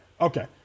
okay